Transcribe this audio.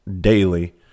daily